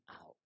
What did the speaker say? out